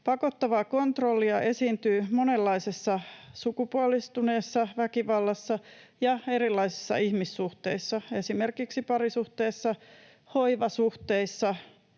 Pakottavaa kontrollia esiintyy monenlaisessa sukupuolittuneessa väkivallassa ja erilaisissa ihmissuhteissa, esimerkiksi parisuhteessa, hoivasuhteissa,